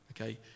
Okay